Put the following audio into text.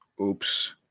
Oops